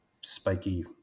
spiky